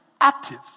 active